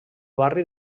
barri